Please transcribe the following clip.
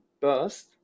burst